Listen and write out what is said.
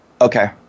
Okay